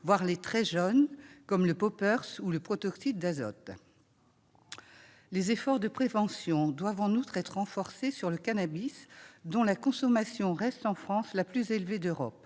voire les très jeunes, comme le poppers ou le protoxyde d'azote. Les efforts de prévention doivent en outre être renforcés sur le cannabis, dont la consommation reste, en France, la plus élevée d'Europe,